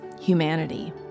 humanity